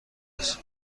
است